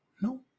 No